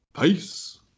Peace